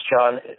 John